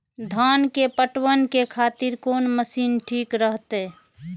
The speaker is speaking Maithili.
धान के पटवन के खातिर कोन मशीन ठीक रहते?